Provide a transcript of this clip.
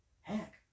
heck